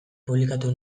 publikatu